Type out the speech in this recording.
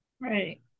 right